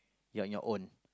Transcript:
ya your own